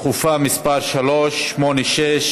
דחופה מס' 386,